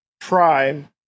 Prime